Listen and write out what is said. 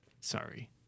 sorry